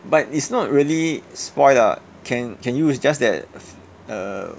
but it's not really spoil lah can can use just that err